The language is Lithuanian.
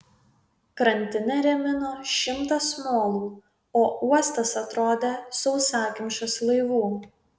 krantinę rėmino šimtas molų o uostas atrodė sausakimšas laivų